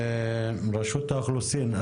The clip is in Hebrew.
רשות האוכלוסין.